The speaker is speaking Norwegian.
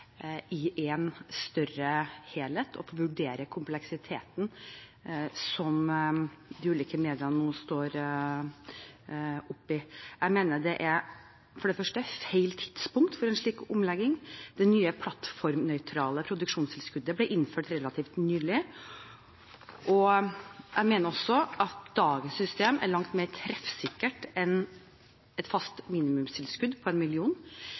i en større helhet og for å vurdere kompleksiteten som de ulike mediene nå står oppe i. Jeg mener at det for det første er feil tidspunkt for en slik omlegging. Det nye plattformnøytrale produksjonstilskuddet ble innført relativt nylig, og jeg mener også at dagens system er langt mer treffsikkert enn et fast minimumstilskudd på